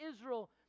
Israel